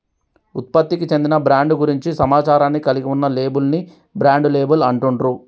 ఉత్పత్తికి చెందిన బ్రాండ్ గురించి సమాచారాన్ని కలిగి ఉన్న లేబుల్ ని బ్రాండ్ లేబుల్ అంటుండ్రు